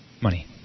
money